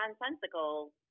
nonsensical